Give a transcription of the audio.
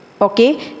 Okay